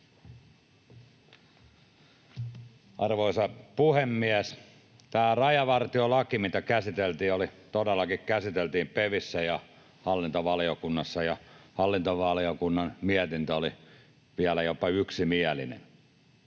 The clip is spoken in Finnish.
Arvoisa puhemies! Tämä rajavartiolaki, mitä käsiteltiin, todellakin käsiteltiin PeVissä ja hallintovaliokunnassa, ja hallintovaliokunnan mietintö oli vielä jopa yksimielinen.